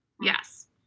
Yes